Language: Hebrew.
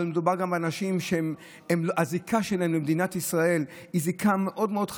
מדובר באנשים שהזיקה שלהם למדינת ישראל היא חלשה מאוד.